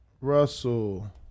Russell